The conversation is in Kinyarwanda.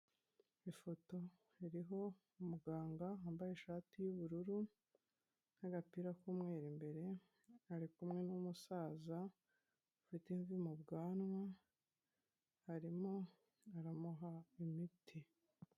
Ifoto hariho umuganga wambaye ishati y'ubururu n'agapira k'umweru imbere, ari kumwe n'umusaza ufite imvi mu bwanwa, arimo aramuha imiti.